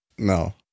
No